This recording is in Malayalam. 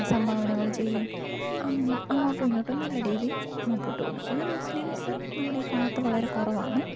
സംഭാവനകൾ ചെയ്യും അങ്ങ് അങ്ങോട്ടു ഇങ്ങോട്ടും നല്ല രീതിയില് മുമ്പോട്ടു പോകുന്നു പിന്നെ മുസ്ലീംസ് നമ്മളുടെ ഈ ഭാഗത്ത് വളരെ കുറവാണ്